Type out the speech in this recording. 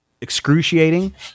excruciating